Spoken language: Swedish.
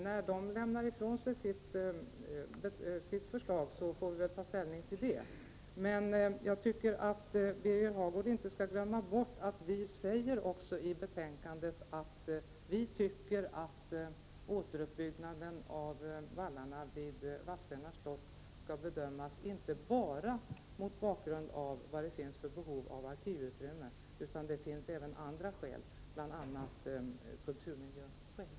När den lämnar ifrån sig sitt förslag får vi ta ställning till det. Men jag tycker att Birger Hagård inte skall glömma bort att utskottsmajoriteten i betänkandet skriver att den anser att återuppbyggnaden av vallarna vid Vadstena slott skall bedömas inte bara mot bakgrund av behoven av arkivutrymme utan även mot bakgrund av annat, bl.a. kulturmiljön.